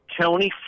Tony